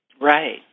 Right